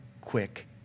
quick